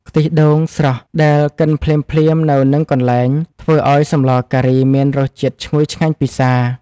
ខ្ទិះដូងស្រស់ដែលកិនភ្លាមៗនៅនឹងកន្លែង ធ្វើឱ្យសម្លការីមានរសជាតិឈ្ងុយឆ្ងាញ់ពិសា។